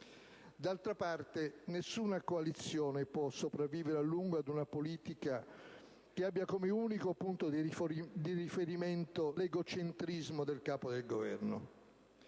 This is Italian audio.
D'altra parte, nessuna coalizione può sopravvivere a lungo ad una politica che abbia come unico punto di riferimento l'egocentrismo del Capo del Governo.